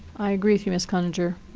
i agree with you, mrs. cloninger.